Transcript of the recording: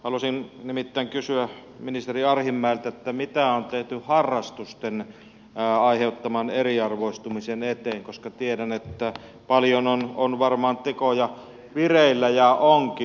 haluaisin nimittäin kysyä ministeri arhinmäeltä mitä on tehty harrastusten aiheuttamalle eriarvoistumiselle koska tiedän että paljon on varmaan tekoja vireillä ja onkin